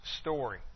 story